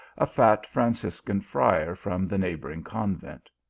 a fat franciscan friar from the neighbouring convent.